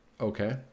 Okay